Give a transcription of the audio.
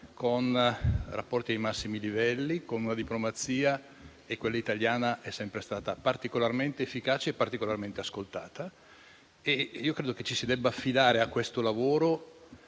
con rapporti ai massimi livelli (tra l'altro, la diplomazia italiana è sempre stata particolarmente efficace e particolarmente ascoltata); ritengo pertanto che ci si debba affidare a questo lavoro